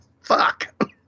fuck